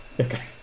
Okay